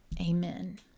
Amen